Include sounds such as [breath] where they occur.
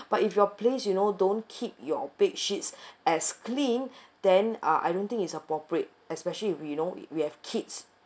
but if your place you know don't keep your bedsheets as clean [breath] then uh I don't think it's appropriate especially we you know we have kids